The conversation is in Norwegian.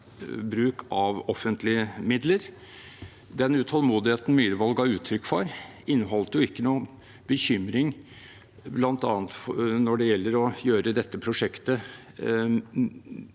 bruk av offentlige midler. Den utålmodigheten Myhrvold ga uttrykk for, inneholdt ikke noen bekymring bl.a. når det gjelder å gjøre dette prosjektet